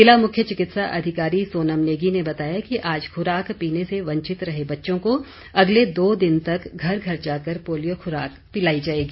ज़िला मुख्य चिकित्सा अधिकारी सोनम नेगी ने बताया कि आज खुराक पीने से वंचित रहे बच्चों को अगले दो दिन तक घर घर जाकर पोलियो खुराक पिलाई जाएगी